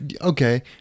Okay